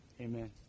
Amen